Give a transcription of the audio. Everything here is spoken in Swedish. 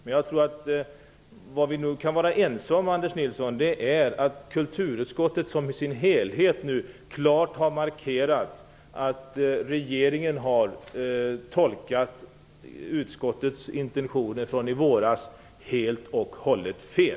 Vad Anders Nilsson och jag nu kan vara ense om är att kulturutskottet i dess helhet klart har markerat att regeringen har tolkat utskottets intentioner från i våras helt och hållet fel.